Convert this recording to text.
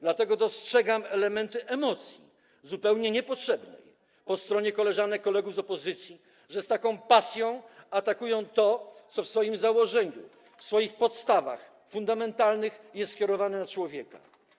Dlatego dostrzegam elementy emocji, zupełnie niepotrzebnej, po stronie koleżanek, kolegów z opozycji, którzy z taką pasją atakują to, co w swoim założeniu, w swoich podstawach fundamentalnych jest skierowane na człowieka.